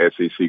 SEC